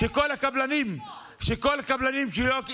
שכל הקבלנים, אדוני השר, תענה לו,